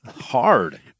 hard